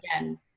again